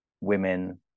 women